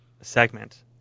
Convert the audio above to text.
segment